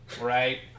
right